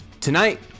Tonight